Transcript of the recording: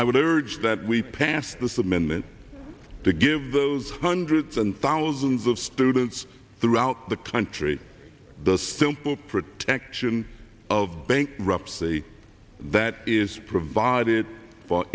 i would urge that we pass this amendment to give those hundreds and thousands of students throughout the country the simple protection of bank rep's the that is provided for